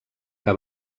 que